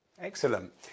Excellent